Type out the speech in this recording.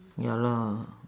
ya lah